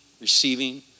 receiving